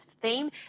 theme